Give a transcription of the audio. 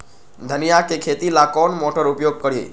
धनिया के खेती ला कौन मोटर उपयोग करी?